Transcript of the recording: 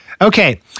Okay